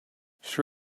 she